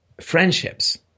friendships